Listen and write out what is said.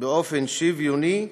באופן שוויוני,